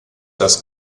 das